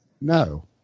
no